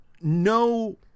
no